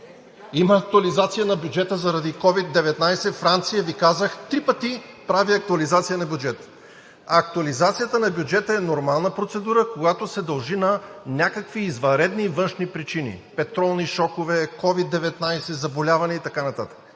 Има актуализация на бюджета заради COVID-19. Франция, Ви казах три пъти, прави актуализация на бюджета. Актуализацията на бюджета е нормална процедура, когато се дължи на някакви извънредни външни причини – петролни шокове, COVID-19 заболяване и така